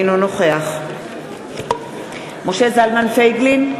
אינו נוכח משה זלמן פייגלין,